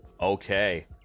Okay